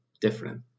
different